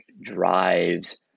drives